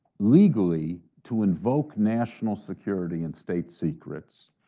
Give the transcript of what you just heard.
legally, to invoke national security and state secrets,